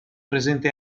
presente